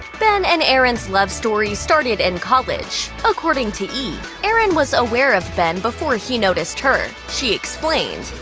ben and erin's love story started in college. according to e, erin was aware of ben before he noticed her. she explained,